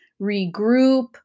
regroup